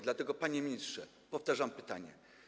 Dlatego, panie ministrze, powtarzam pytanie.